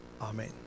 Amen